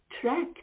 track